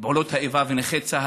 פעולות האיבה ונכי צה"ל,